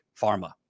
pharma